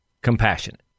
compassionate